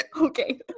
Okay